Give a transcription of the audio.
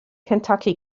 kentucky